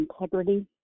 integrity